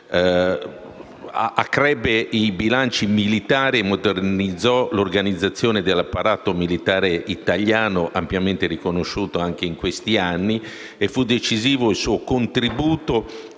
Accrebbe il bilancio militare, modernizzò l'organizzazione dell'apparato militare italiano, come ampiamente riconosciuto anche in questi anni. Decisivo fu poi il suo contributo